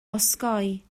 osgoi